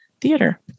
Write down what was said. theater